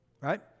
right